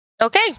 Okay